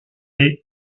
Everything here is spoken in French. est